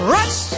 Rush